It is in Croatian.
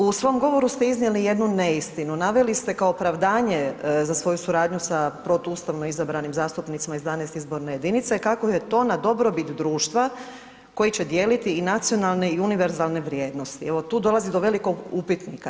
U svom govoru ste iznijeli jednu neistinu naveli ste kao opravdanje za svoju suradnju sa protuustavno izabranim zastupnicima iz 12. izborne jedinice kako je to na dobrobit društva koji će dijeliti i nacionalne i univerzalne vrijednosti, evo tu dolazi do velikog upitnika.